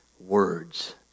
words